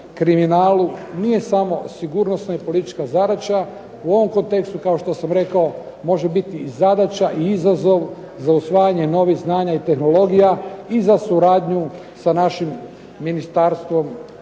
kriminalu nije samo sigurnosna i politička zadaća. U ovom kontekstu, kao što sam rekao, može biti i zadaća i izazov za usvajanje novih znanja i tehnologija i za suradnju sa našim Ministarstvom